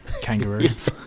kangaroos